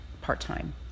part-time